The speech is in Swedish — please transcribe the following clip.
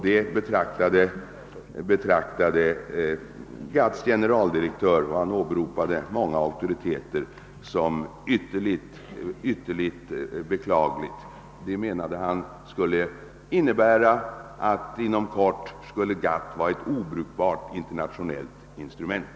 Det betraktade GATT:s generaldirektör — och han åberopade många auktoriteter — som ytterligt beklagligt. Han menade att det skulle innebära att GATT inom kort skulle vara ett obrukbart internationellt instrument.